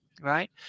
Right